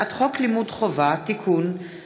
הצעת חוק היציבות בניהול הים של ישראל,